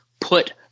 put